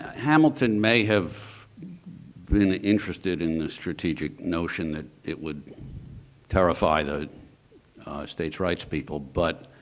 hamilton may have been interested in the strategic notion that it would terrify the state's rights people. but